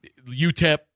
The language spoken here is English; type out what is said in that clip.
UTEP